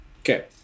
Okay